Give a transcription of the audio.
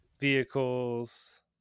vehicles